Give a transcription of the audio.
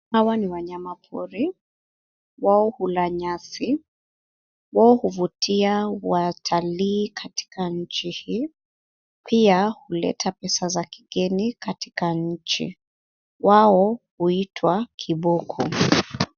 Hawa ni wanyama pori. Wao hula nyasi, wao huvutia watalii katika nchi hii, pia huleta pesa za kigeni katika nchi. Wao huitwa kiboko.